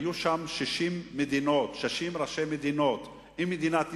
היו שם 60 ראשי מדינות עם מדינת ישראל,